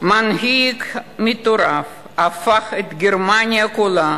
מנהיג מטורף הפך את גרמניה כולה